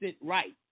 right